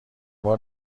بار